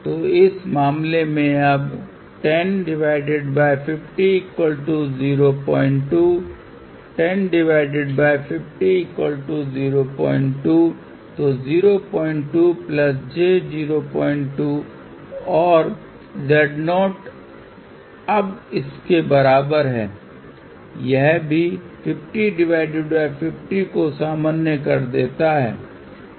तो इस मामले में अब 105002105002 तो 02 j 02 और Z0 अब इसके बराबर है यह भी 5050 को सामान्य कर देता है